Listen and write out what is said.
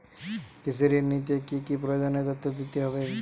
কৃষি ঋণ নিতে কি কি প্রয়োজনীয় তথ্য দিতে হবে?